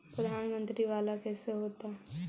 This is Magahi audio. प्रधानमंत्री मंत्री वाला कैसे होता?